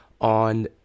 on